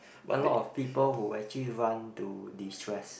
a lot of people who actually run to destress